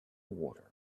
water